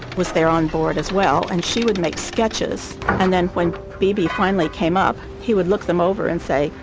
was there on board as well and she would make sketches and then when beebe finally came up, he would look them over and say,